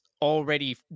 already